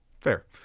Fair